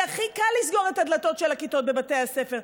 כי הכי קל לסגור את הדלתות של הכיתות בבתי הספר,